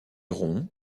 rond